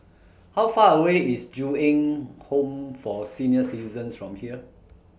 How Far away IS Ju Eng Home For Senior Citizens from here